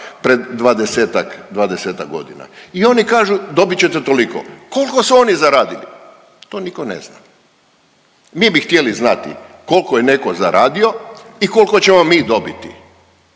pred 20-ak godina. I oni kažu dobit ćete toliko. Kolko su oni zaradili? To niko ne zna. Mi bi htjeli znati kolko je neko zaradio i kolko ćemo mi dobiti.